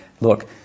look